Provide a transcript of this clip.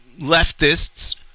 leftists